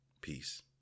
Peace